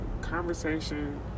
Conversation